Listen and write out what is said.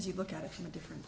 you look at it from a different